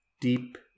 Deep